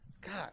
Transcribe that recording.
god